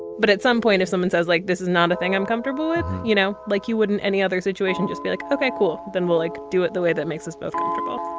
but at some point if someone says like this is not a thing i'm comfortable with you know like you would in any other situation just be like okay cool then we'll like do it the way that makes us both comfortable